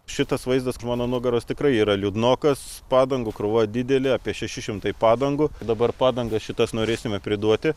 šitas vaizdas už mano nugaros tikrai yra liūdnokas padangų krūva didelė apie šeši šimtai padangų dabar padangas šitas norėsime priduoti